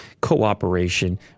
cooperation